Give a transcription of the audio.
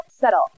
settle